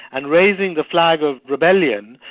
and raising the flag of rebellion,